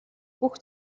бүх